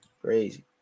Crazy